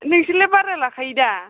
नोंसोरलाय बारा लाखायोदा